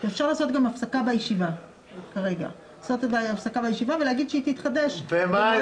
אפשר לעשות גם הפסקה בישיבה ולהגיד שתתחדש מאוחר יותר.